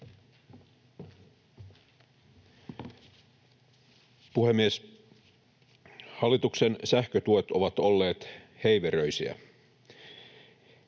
Puhemies! Hallituksen sähkötuet ovat olleet heiveröisiä.